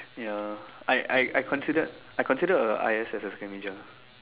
ya I I I considered I considered a I_S as a second major ah